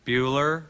Bueller